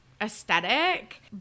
aesthetic